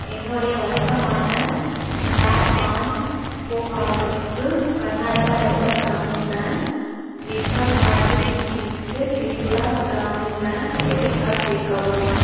என்னுடைய வழக்கமான tap and pay கார்டுக்கு கர்நாடகா வைஸா கிராமின் பேங்க் விஸா கார்டு நீக்கிவிட்டு Tripura Grameen bank debit card சேர்க்கவும்